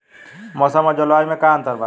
मौसम और जलवायु में का अंतर बा?